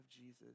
Jesus